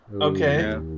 okay